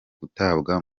gutabwa